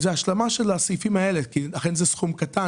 זאת השלמה של הסעיפים האלה כי אכן זה סכום קטן.